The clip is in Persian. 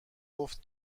گفت